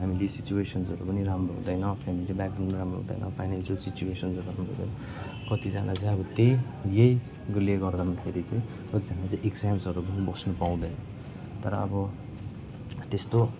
family सिचुवेसन्सहरू पनि राम्रो हुँदैन फेमिली ब्याकग्राउन्ड राम्रो हुँदैन फाइनेन्सियल सिचुवेसन्सहरू राम्रो हुँदैन कतिजना चाहिँ अब त्यही यहीले गर्दामाखेरि चाहिँ कतिजना चाहिँ एक्जाम्सहरू पनि बस्नु पाउँदैन तर अब त्यस्तो